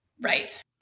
Right